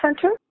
Center